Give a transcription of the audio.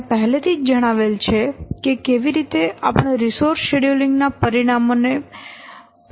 મેં પહેલે થી જ જણાવેલ છે કે કેવી રીતે આપણે રિસોર્સ શેડ્યુલીંગ ના પરિણામો ને પબ્લીસાઇઝ કરી શકીએ છીએ